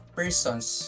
persons